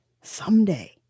someday